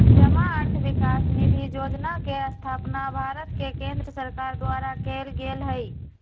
जमा अर्थ विकास निधि जोजना के स्थापना भारत के केंद्र सरकार द्वारा कएल गेल हइ